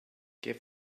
give